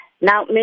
Now